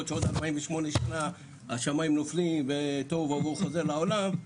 שעוד 48 שנה השמים נופלים ותוהו ובוהו חוזר לעולם,